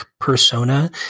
persona